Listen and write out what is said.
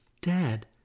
Dad